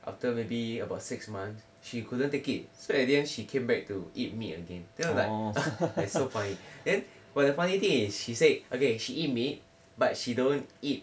after maybe about six months she couldn't take it so at the end she came back to eat meat again then I like like so funny then but the funny thing is she said okay she eat meat but she don't eat